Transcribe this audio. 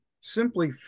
simply